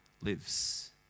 lives